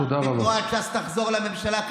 כשתנועת ש"ס תחזור לממשלה,